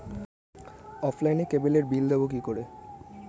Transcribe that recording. অফলাইনে ক্যাবলের বিল দেবো কি করে?